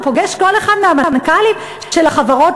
הוא פוגש כל אחד מהמנכ"לים של החברות